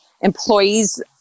employees